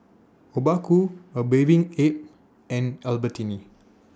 Obaku A Bathing Ape and Albertini